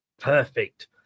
Perfect